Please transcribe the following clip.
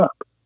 up